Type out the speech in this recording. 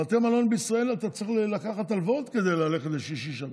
הרי בבתי מלון בישראל אתה צריך לקחת הלוואות כדי ללכת לשישי-שבת,